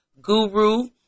guru